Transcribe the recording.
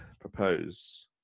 propose